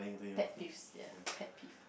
pet peeves ya pet peeve